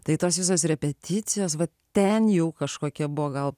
tai tos visos repeticijos vat ten jau kažkokia buvo gal